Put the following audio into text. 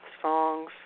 songs